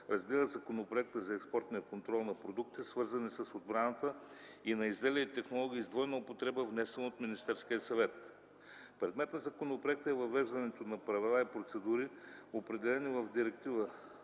разгледа Законопроекта за експортния контрол на продукти, свързани с отбраната, и на изделия и технологии с двойна употреба, внесен от Министерския съвет. Предмет на законопроекта е въвеждането на правила и процедури, определени в Директива